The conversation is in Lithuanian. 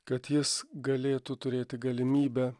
kad jis galėtų turėti galimybę